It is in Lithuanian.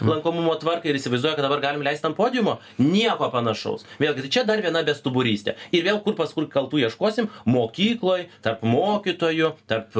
lankomumo tvarkai ir įsivaizduoja kad dabar galim leist ant podiumo nieko panašaus vėlgi tai čia dar viena bestuburystė ir vėl kur paskui kaltų ieškosim mokykloj tarp mokytojų tarp